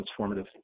transformative